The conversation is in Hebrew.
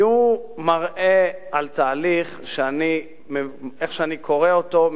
כי הוא מראה על תהליך שאיך שאני קורא אותו,